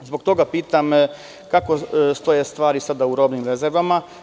Zbog toga pitam – kako stoje sada stvari u robnim rezervama?